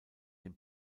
den